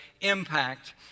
impact